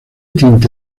tinte